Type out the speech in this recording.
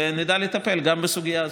ונדע לטפל גם בסוגיה הזאת.